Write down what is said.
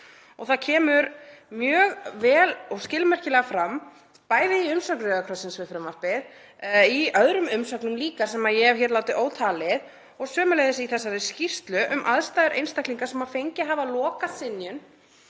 Það kemur mjög vel og skilmerkilega fram, bæði í umsögn Rauða krossins við frumvarpið, í öðrum umsögnum líka sem ég hef ekki talið upp og sömuleiðis í þessari skýrslu um aðstæður einstaklinga sem fengið hafa lokasynjun